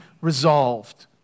resolved